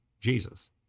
Jesus